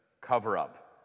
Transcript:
cover-up